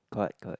correct correct